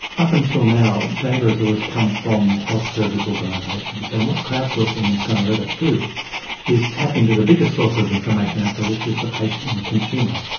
up until now data has always come from health service organisations, and what crowd-sourcing is going to let us do is tap into the bigger source of information out there which is the patient and the consumer.